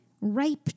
ripe